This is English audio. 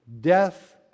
death